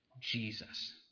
jesus